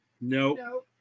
No